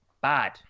bad